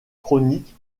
chronique